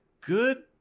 good